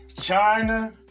China